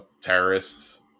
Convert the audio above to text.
terrorists